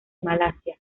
malasia